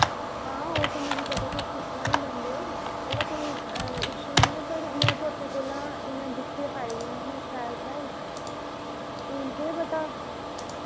हां ओह् ते मिगी पता तुस इत्थुआं ही लैंदे ओ ओह्दा कोई इशू निं ऐ पर में ते अपने कोला इ'यां दिक्खियै पाई दियां हियां शैल शैल हून केह् पता